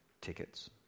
tickets